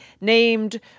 named